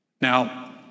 Now